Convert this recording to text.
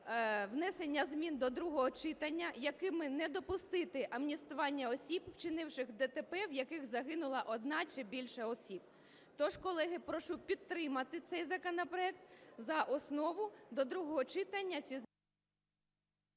внесення змін до другого читання, якими не допустити амністування осіб, вчинивших ДТП, в яких загинула одна чи більше осіб. Тож, колеги, прошу підтримати цей законопроект за основу, до другого читання ці…